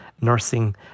nursing